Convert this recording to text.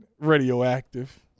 radioactive